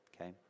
okay